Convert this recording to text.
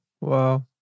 Wow